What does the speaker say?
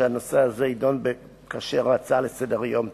אני מציע שהנושא הזה יידון כאשר ההצעה לסדר-יום תעלה.